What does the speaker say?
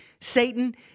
Satan